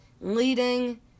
leading